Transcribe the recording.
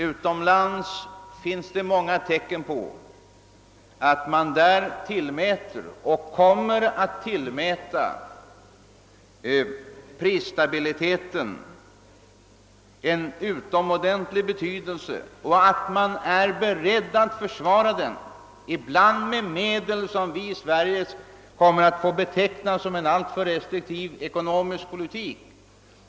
Utomlands finns det många tecken på att man tillmäter och kommer att tillmäta prisstabiliteten en utomordentlig betydelse och att man är beredd att försvara den, ibland med vad vi i Sverige betecknar såsom en alltför restriktiv ekonomisk politik.